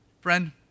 Friend